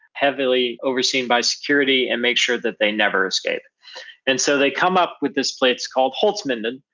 heavily overseen by security and make sure that they never escape and so they come up with this place called holzminden,